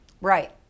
Right